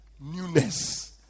Newness